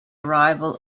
arrival